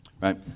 right